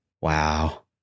Wow